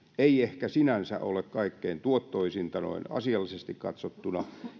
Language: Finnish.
ei ehkä sinänsä ole kaikkein tuottoisinta noin asiallisesti katsottuna